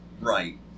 Right